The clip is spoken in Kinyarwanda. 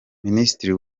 minisitiri